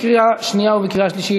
לקריאה שנייה ולקריאה שלישית.